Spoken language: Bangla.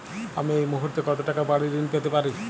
আমি এই মুহূর্তে কত টাকা বাড়ীর ঋণ পেতে পারি?